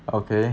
okay